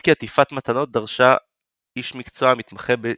כי עטיפת מתנות דרשה איש מקצוע המתמחה ב"צ'וצומי".